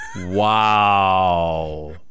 Wow